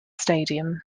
stadium